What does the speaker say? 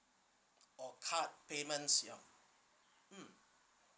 or card payments ya mm